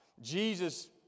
Jesus